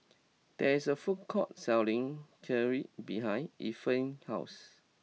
there is a food court selling Kheer behind Efren's house